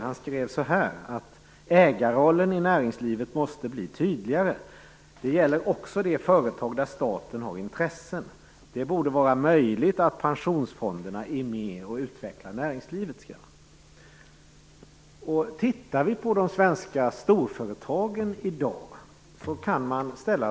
Han skrev där: Ägarrollen i näringslivet måste bli tydligare. Det gäller också de företag där staten har intressen. Det borde vara möjligt att pensionsfonderna är med och utvecklar näringslivet. Låt oss titta på de svenska storföretagen i dag, t.ex. Astra.